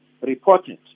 reported